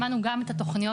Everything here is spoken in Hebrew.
למדנו גם את התוכניות.